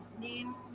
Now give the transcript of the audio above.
name